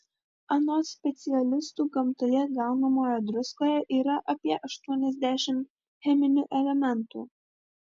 anot specialistų gamtoje gaunamoje druskoje yra apie aštuoniasdešimt cheminių elementų